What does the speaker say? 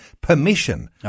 permission